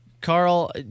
Carl